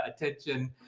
attention